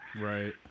Right